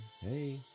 Hey